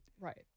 Right